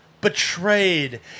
betrayed